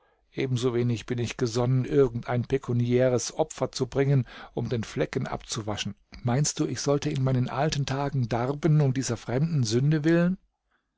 ebensowenig bin ich gesonnen irgend ein pekuniäres opfer zu bringen um den flecken abzuwaschen meinst du ich sollte in meinen alten tagen darben um dieser fremden sünde willen